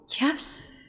Yes